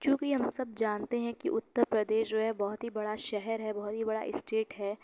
چونکہ ہم سب جانتے ہیں کہ اتر پردیش جو ہے بہت ہی بڑا شہر ہے بہت ہی بڑا اسٹیٹ ہے